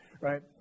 right